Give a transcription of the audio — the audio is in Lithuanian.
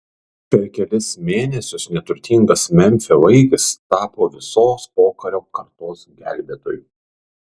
per kelis mėnesius neturtingas memfio vaikis tapo visos pokario kartos gelbėtoju